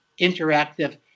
interactive